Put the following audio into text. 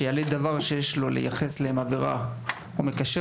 שיעלה דבר שיש לו לייחס להם עברה או מקשר